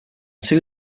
two